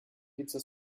pizza